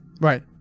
right